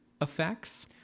effects